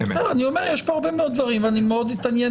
אני אומר שיש פה הרבה מאוד דברים ואני מאוד אתעניין